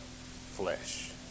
flesh